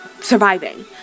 surviving